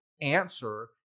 answer